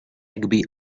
rugby